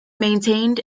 maintained